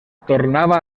tornava